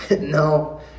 No